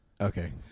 okay